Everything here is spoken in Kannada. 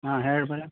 ಹಾಂ ಹೇಳು ಬಯ್ಯ